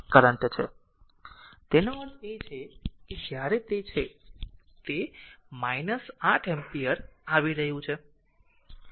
તેથી તેનો અર્થ એ છે કે જ્યારે તે છે તે 8 એમ્પીયર આવી રહ્યું છે